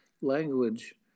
language